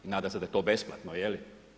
Nadam se da je to besplatno, je li?